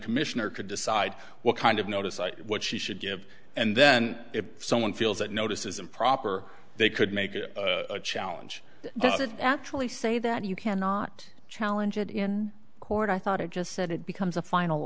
commissioner could decide what kind of notice what she should give and then if someone feels that notice is improper they could make it a challenge this is actually say that you cannot challenge it in court i thought i just said it becomes a final